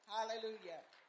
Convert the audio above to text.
Hallelujah